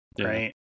right